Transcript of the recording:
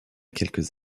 quelques